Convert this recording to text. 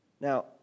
Now